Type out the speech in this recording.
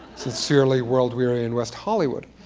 sincerely world weary in west hollywood.